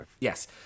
Yes